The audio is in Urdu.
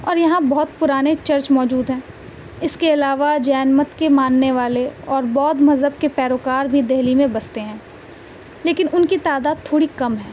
اور یہاں بہت پرانے چرچ موجود ہیں اس کے علاوہ جین مت کے ماننے والے اور بودھ مذہب کے پیروکار بھی دہلی میں بستے ہیں لیکن ان کی تعداد تھوڑی کم ہے